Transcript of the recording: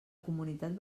comunitat